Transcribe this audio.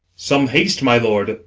some haste, my lord!